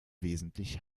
wesentlich